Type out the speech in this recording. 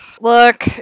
Look